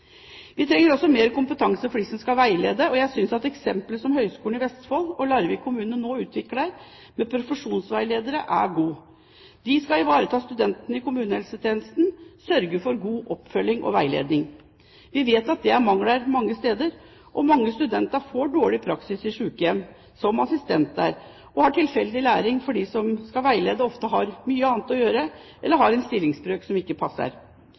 Vi trenger også mer kompetanse for dem som skal veilede, og jeg synes at det som Høgskolen i Vestfold og Larvik kommune nå utvikler, med profesjonsveiledere, er bra. De skal ivareta studentene i kommunehelsetjenesten, sørge for god oppfølging og veiledning. Vi vet at det er en mangel mange steder. Mange studenter får dårlig praksis som assistenter i sykehjem, og læringen blir ofte tilfeldig fordi den som skal veilede, ofte har mye annet å gjøre, eller har en stillingsbrøk som ikke passer.